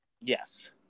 yes